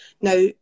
Now